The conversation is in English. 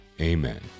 amen